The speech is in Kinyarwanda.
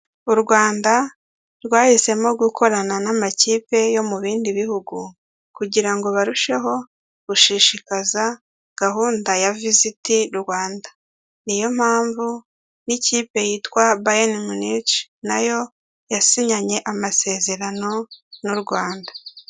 U Rwanda rwahisemo gukorana n'amakipe yo mu bindi bihugu kugira ngo barusheho gushishikaza gahunda ya visiti Rwanda, niyo mpamvu n'ikipe yitwa bayeni munici nayo yasinyanye amasezerano n'u Rwanda.